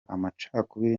amacakubiri